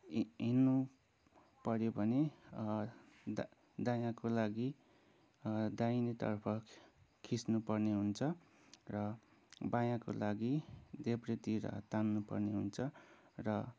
हिँड्नुपऱ्यो भने दा दायाँको लागि दाहिनेतर्फ खिच्नुपर्ने हुन्छ र बायाँको लागि देब्रेतिर तान्नुपर्ने हुन्छ र